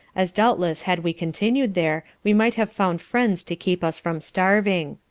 as doubtless had we continued there we might have found friends to keep us from starving.